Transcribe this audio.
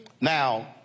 Now